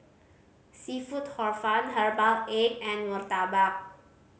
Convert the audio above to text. seafood Hor Fun herbal egg and murtabak